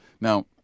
Now –